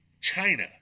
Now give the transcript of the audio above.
China